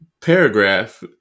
paragraph